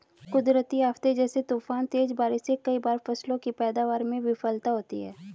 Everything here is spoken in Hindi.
कुदरती आफ़ते जैसे तूफान, तेज बारिश से कई बार फसलों की पैदावार में विफलता होती है